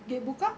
dia buka